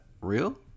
real